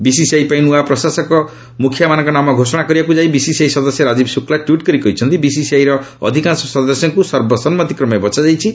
BCI ପାଇଁ ନୂଆ ପ୍ରଶାସକ ମୁଖିଆମାନଙ୍କ ନାମ ଘୋଷଣା କରିବାକୁ ଯାଇ ବିସିସିଆଇ ସଦସ୍ୟ ରାଜୀବ ଶୁକ୍ଲ ଟ୍ୱିଟ୍ କରି କହିଛନ୍ତି ବିସିସିଆଇର ଅଧିକାଂଶ ସଦସ୍ୟଙ୍କୁ ସର୍ବସମ୍ମତିକ୍ରମେ ବଛାଯାଇଛି